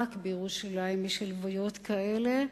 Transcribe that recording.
רק בירושלים יש הלוויות כאלה,